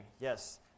yes